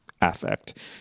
affect